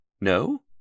No